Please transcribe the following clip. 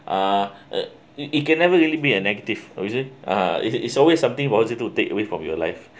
uh it can never really be a negative oh is it is uh is always something positive to take away from your life